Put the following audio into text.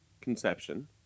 conception